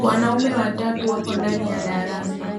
Wanaume watatu wako ndani ya darasa